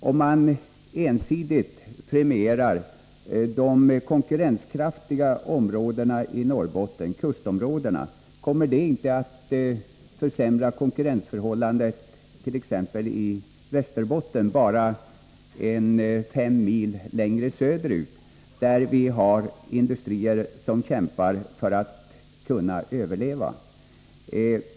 Om man ensidigt premierar de konkurrenskraftiga områdena i Norrbotten — kustområdena — kommer då inte detta att försämra konkurrensförhållandet i t.ex. Västerbotten, bara 5 mil längre söderut, där vi har industrier som kämpar för att kunna överleva?